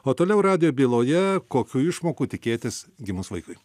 o toliau radijo byloje kokių išmokų tikėtis gimus vaikui